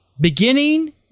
beginning